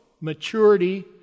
maturity